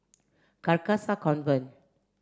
Carcasa Convent